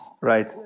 Right